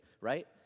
right